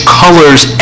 colors